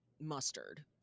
mustard